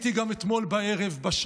גם אתמול בערב הייתי,